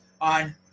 On